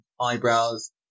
eyebrows